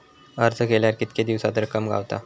अर्ज केल्यार कीतके दिवसात रक्कम गावता?